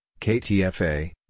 KTFA